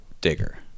digger